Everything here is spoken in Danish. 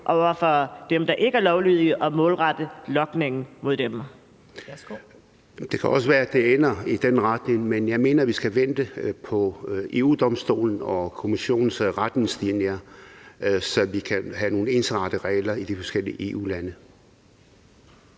Kjærsgaard): Værsgo. Kl. 10:32 Naser Khader (KF): Det kan også være, det ender i den retning. Men jeg mener, vi skal vente på EU-Domstolen og Kommissionens retningslinjer, så vi kan have nogle ensartede regler i de forskellige EU-lande.